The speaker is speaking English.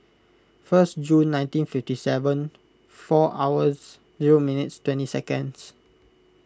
first June nineteen fifty seven four hours zero minutes twenty seconds